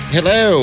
Hello